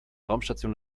raumstation